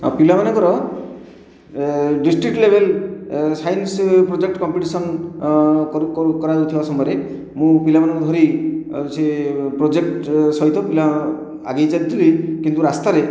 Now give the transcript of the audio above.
ଆଉ ପିଲାମାନଙ୍କର district level science project competition କରୁ କରାଯାଉଥିବା ସମୟରେ ମୁଁ ପିଲାମାନଙ୍କୁ ଧରି ଆଉ ସେ ପ୍ରୋଜେକ୍ଟ ସହିତ ପିଲା ଆଗେଇ ଚାଲିଥିଲେ କିନ୍ତୁ ରାସ୍ତାରେ